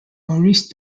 maurice